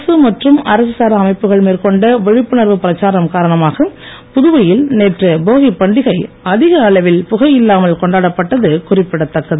அரசு மற்றும் அரசு சாரா அமைப்புகள் மேற்கொண்ட விழிப்புணர்வு பிரச்சாரம் காரணமாக புதுவையில் நேற்று போகிப் பண்டிகை அதிக அளவில் புகையில்லாமல் கொண்டாடப்பட்டது குறிப்பிடதக்கது